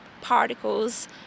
particles